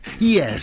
Yes